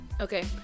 Okay